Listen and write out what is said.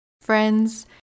Friends